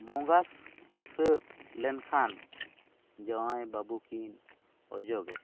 ᱵᱚᱸᱜᱟ ᱥᱟᱹᱛ ᱞᱮᱱ ᱠᱷᱟᱱ ᱡᱟᱶᱟᱭ ᱵᱟᱹᱵᱩ ᱠᱤᱱ ᱚᱡᱚᱜᱮᱭᱟ